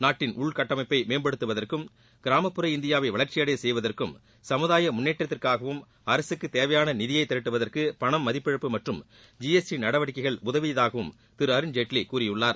நாட்டின் உள்கட்டமைப்பை மேம்படுத்துவதற்கும் கிராமப்புற இந்தியாவை வளர்ச்சியடைய செய்வதற்கும் சமுதாய முன்னேற்றத்திற்காகவும் அரசுக்கு தேவையான நிதியை திரட்டுவதற்கு பணம் மதிப்பிழப்பு மற்றும் ஜிஎஸ்டி நடவடிக்கைகள் உதவியதாகவும் திரு அருண்ஜேட்லி கூறியுள்ளார்